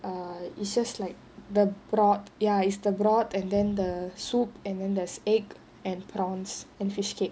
err it's just like the broth ya is the broth and then the soup and then there's egg and prawns and fishcake